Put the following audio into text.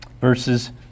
Verses